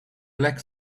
black